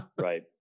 Right